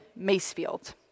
Macefield